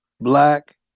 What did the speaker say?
Black